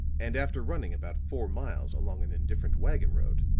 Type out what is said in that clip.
and after running about four miles along an indifferent wagon road,